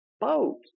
boat